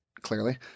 clearly